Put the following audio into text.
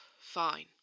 Fine